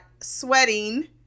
sweating